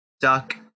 duck